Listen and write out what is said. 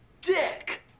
dick